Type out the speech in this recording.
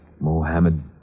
Mohammed